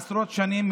עשרות שנים,